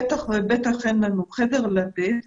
בטח ובטח אין לנו חדר לתת,